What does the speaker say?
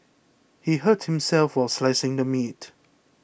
he hurt himself while slicing the meat